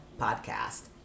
Podcast